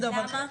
למה?